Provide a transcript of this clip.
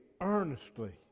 earnestly